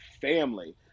family